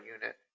Unit